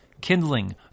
kindling